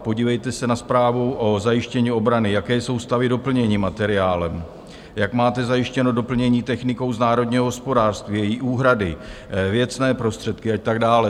Podívejte se na zprávu o zajištění obrany, jaké jsou stavy doplnění materiálem, jak máte zajištěno doplnění technikou z národního hospodářství, její úhrady, věcné prostředky a tak dále.